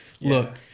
Look